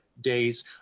days